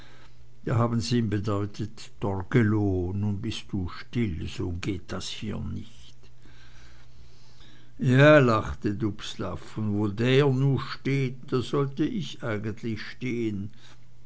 da haben sie ihn bedeutet torgelow nu bist du still so geht das hier nich ja lachte dubslav und wo der nu steht da sollte ich eigentlich stehen